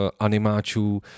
animáčů